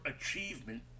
achievement